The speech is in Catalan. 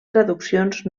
traduccions